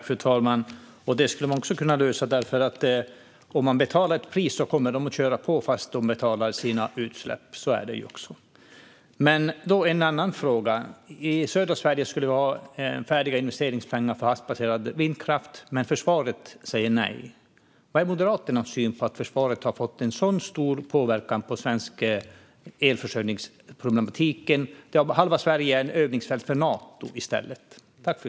Fru talman! Det skulle man också kunna lösa. Om man betalar ett pris kommer de nämligen att köra på fast de betalar sina utsläpp. En annan fråga: I södra Sverige skulle vi ha färdiga investeringspengar för havsbaserad vindkraft, men försvaret säger nej. Vad är Moderaternas syn på att försvaret har fått en så stor påverkan på den svenska elförsörjningsproblematiken? Halva Sverige är i stället ett övningsfält för Nato.